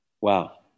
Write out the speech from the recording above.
Wow